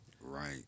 Right